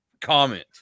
comment